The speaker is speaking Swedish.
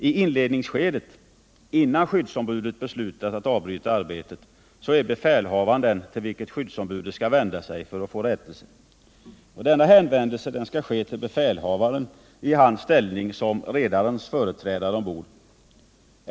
I inledningsskedet, innan skyddsombudet beslutat att avbryta arbetet, är befälhavaren den till vilken skyddsombudet skall vända sig för att få rättelse. Denna hänvändelse skall ske till befälhavaren i hans ställning som redarens företrädare ombord.